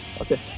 Okay